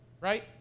Right